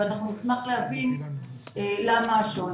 נשמח להבין למה השוני.